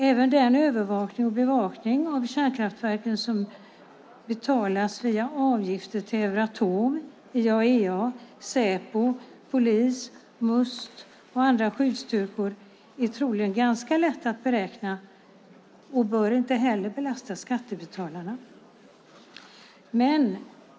Även den övervakning och bevakning av kärnkraftverken som betalas via avgifter till Euratom, IAEA, Säpo, polisen, Must och andra skyddsstyrkor är troligen ganska lätt att beräkna och bör inte heller belasta skattebetalarna.